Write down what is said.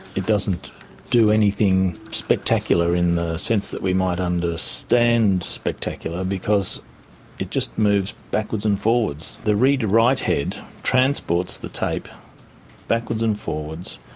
it doesn't do anything spectacular in the sense that we might understand spectacular because it just moves backwards and forwards. the read-write head transports the tape backwards and forwards,